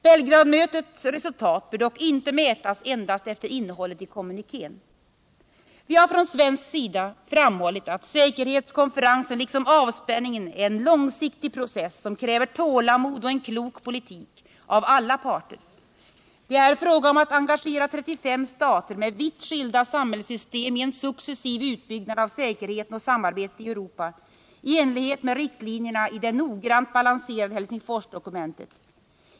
Belgradmötets resultat bör dock inte mätas endast efter innehållet i kommunikén. Vi har ofta från svensk sida framhållit att säkerhetskonferensen liksom avspänningen är en långsiktig process som kräver tålamod och en klok politik av alla parter. Det är fråga om att engagera 35 stater med vitt skilda samhällssystem i en successiv utbyggnad av säkerheten och samarbetet i Europa i enlighet med riktlinjerna i det noggrant balanserade Helsingforsdokumentet.